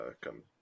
come